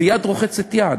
ויד רוחצת יד.